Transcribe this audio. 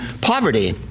poverty